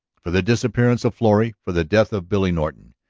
for the disappearance of florrie, for the death of billy norton.